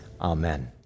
amen